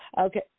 Okay